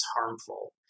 harmful